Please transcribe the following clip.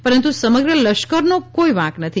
પરંતુ સમગ્ર લશ્કરનો કોઈ વાંક નથી